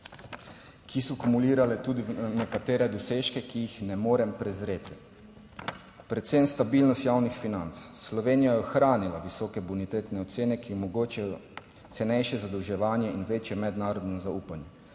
ki so akumulirale tudi nekatere dosežke, ki jih ne morem prezreti, predvsem stabilnost javnih financ. Slovenija je ohranila visoke bonitetne ocene, ki omogočajo cenejše zadolževanje in večje mednarodno zaupanje.